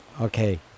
Okay